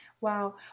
Wow